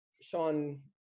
Sean